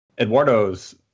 Eduardo's